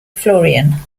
florian